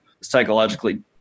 psychologically